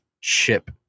chip